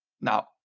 Now